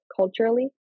culturally